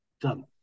Done